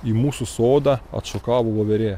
į mūsų sodą atšokavo voverė